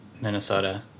Minnesota